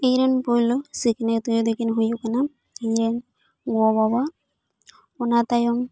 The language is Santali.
ᱤᱧ ᱨᱮᱱ ᱯᱩᱭᱞᱩ ᱥᱤᱠᱷᱱᱟᱹᱛ ᱠᱤᱱ ᱫᱚᱠᱤᱱ ᱦᱩᱭᱩᱜ ᱠᱟᱱᱟ ᱤᱧ ᱨᱮᱱ ᱜᱚ ᱵᱟᱵᱟ ᱚᱱᱟ ᱛᱟᱭᱚᱢ